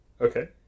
Okay